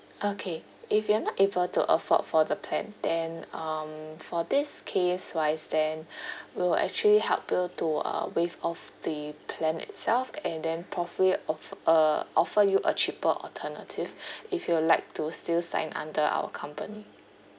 okay if you are not able to afford for the plan then um for this case wise then we will actually help you to uh waive off the plan itself and then probably off~ uh offer you a cheaper alternative if you would like to still sign under our company